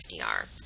FDR